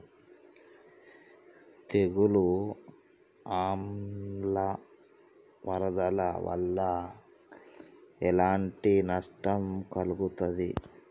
తెగులు ఆమ్ల వరదల వల్ల ఎలాంటి నష్టం కలుగుతది?